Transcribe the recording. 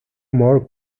more